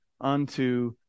unto